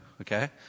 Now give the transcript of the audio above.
okay